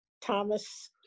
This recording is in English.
Thomas